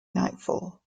nightfall